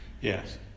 yes